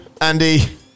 Andy